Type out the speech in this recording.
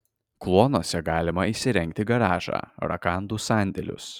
kluonuose galima įsirengti garažą rakandų sandėlius